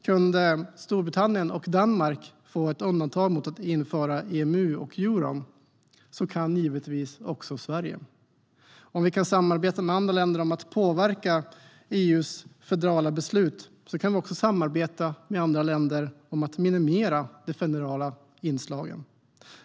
Kunde Storbritannien och Danmark få undantag mot att införa EMU och euron kan givetvis också Sverige. Om vi kan samarbeta med andra länder om att påverka EU:s federala beslut kan vi också samarbeta med andra länder om att minimera de federala inslagen.